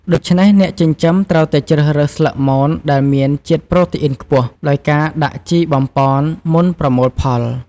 ដូច្នេះអ្នកចិញ្ចឹមត្រូវតែជ្រើសរើសស្លឹកមន ដែលមានជាតិប្រូតេអ៊ីនខ្ពស់ ដោយការដាក់ជីបំប៉ុនមុនប្រមូលផល។